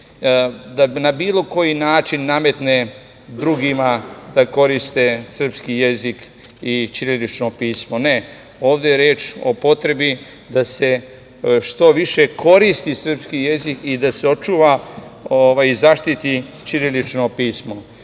da na bilo koji način nametne drugima da koriste srpski jezik i ćirilično pismo. Ne, ovde je reč o potrebi da se što više koristi srpski jezik i da se očuva, zaštiti ćirilično pismo. Neke